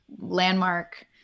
landmark